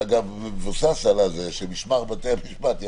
שאגב מבוסס על משמר בתי המשפט,